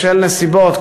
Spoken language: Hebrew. בשל נסיבות,